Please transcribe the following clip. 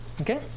Okay